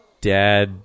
dad